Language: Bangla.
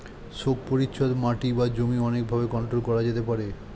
শোক পরিচ্ছদ মাটি বা জমি অনেক ভাবে কন্ট্রোল করা যেতে পারে